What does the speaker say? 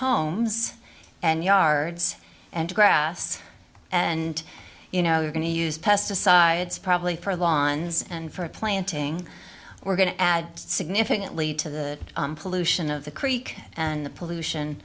homes and yards and grass and you know we're going to use pesticides probably for lawns and for planting we're going to add significantly to the pollution of the creek and the pollution